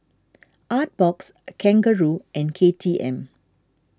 Artbox Kangaroo and K T M